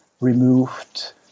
removed